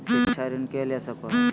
शिक्षा ऋण के ले सको है?